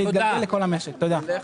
זה- -- לכל המשק.